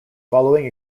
following